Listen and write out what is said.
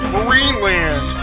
Marineland